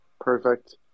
Perfect